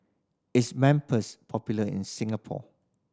is popular in Singapore